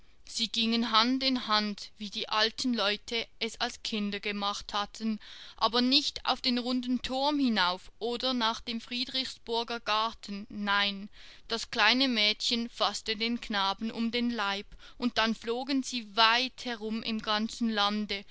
sie gingen hand in hand wie die alten leute es als kinder gemacht hatten aber nicht auf den runden turm hinauf oder nach dem friedrichsburger garten nein das kleine mädchen faßte den knaben um den leib und dann flogen sie weit herum im ganzen lande